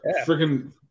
freaking